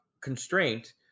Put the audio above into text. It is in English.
constraint